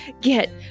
get